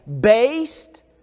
based